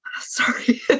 sorry